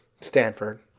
Stanford